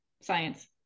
science